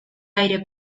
aire